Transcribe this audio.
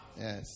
Yes